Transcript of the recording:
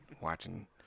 Watching